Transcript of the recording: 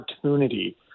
opportunity